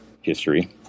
history